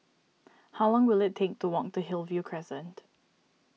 how long will it take to walk to Hillview Crescent